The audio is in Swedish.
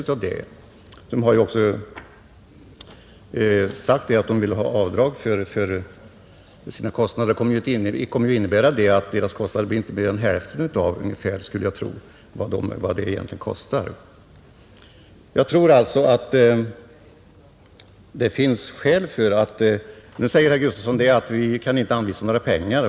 Företaget har också sagt att det vill göra avdrag för sina kostnader. Det innebär att kostnaderna inte blir större än ungefär hälften av vad man ger ut. Nu säger herr Gustafson i Göteborg att vi inte anvisar några pengar.